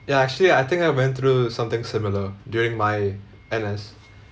ya actually I think I went through something similar during my N_S